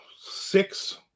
six